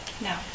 No